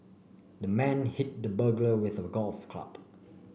the man hit the burglar with a golf club